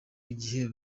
igihe